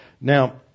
Now